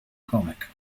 comic